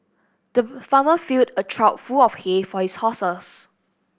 the farmer filled a trough full of hay for his horses